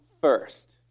first